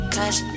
Cause